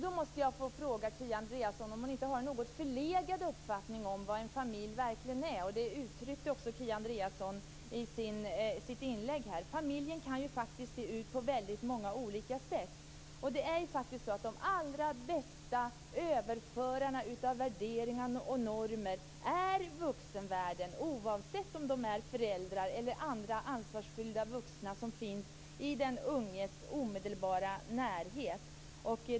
Då måste jag få fråga Kia Andreasson om hon inte har en något förlegad uppfattning om vad en familj verkligen är. Det uttryckte hon också i sitt inlägg här. Familjen kan faktiskt se ut på väldigt många olika sätt. Och de är ju så: De allra bästa överförarna av värderingar och normer är vuxenvärlden, oavsett om det är föräldrar eller andra ansvarsfulla vuxna som finns i den unges omedelbara närhet.